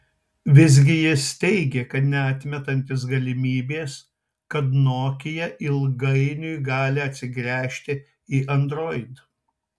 visgi jis teigė neatmetantis galimybės kad nokia ilgainiui gali atsigręžti į android